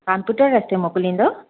हा पुट जे हथे मोकिलींदो